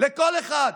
לכל אחד,